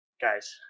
guys